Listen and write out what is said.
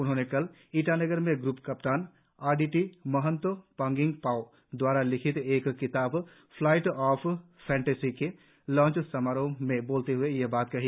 उन्होंने कल ईटानगर में group captain R D T Mohanto Panging Pao द्वारा लिखित एक किताब फ्लाइट ऑफ्ह फैंटेसी के लॉन्च समारोह में बोलते हए यह बात कही